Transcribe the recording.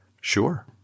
Sure